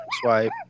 swipe